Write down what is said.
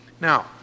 Now